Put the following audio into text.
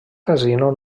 casino